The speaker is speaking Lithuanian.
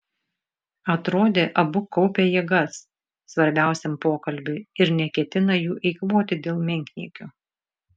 atrodė abu kaupia jėgas svarbiausiam pokalbiui ir neketina jų eikvoti dėl menkniekių